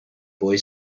boy